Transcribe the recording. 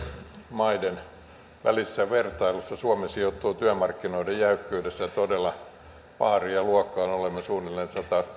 maiden välisessä vertailussa suomi sijoittuu työmarkkinoiden jäykkyydessä todella paaria luokkaan olemme suunnilleen